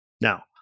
Now